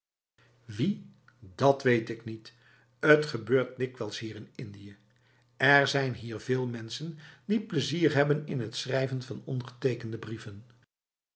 wie dat weet ik niet t gebeurt dikwijls hier in lndië er zijn hier veel mensen die plezier hebben in t schrijven van ongetekende brievenf